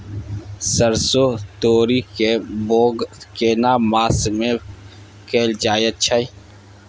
सरसो, तोरी के बौग केना मास में कैल जायत छै?